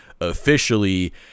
officially